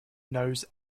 knows